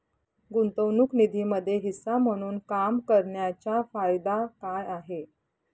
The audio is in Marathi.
गुंतवणूक निधीमध्ये हिस्सा म्हणून काम करण्याच्या फायदा काय आहे?